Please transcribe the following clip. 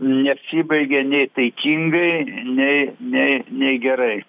nesibaigė nei taikingai nei nei nei gerai